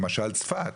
למשל צפת,